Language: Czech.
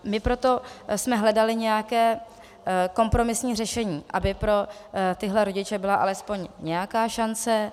My jsme proto hledali nějaké kompromisní řešení, aby pro tyhle rodiče byla alespoň nějaká šance.